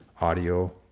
audio